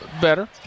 better